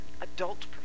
Adult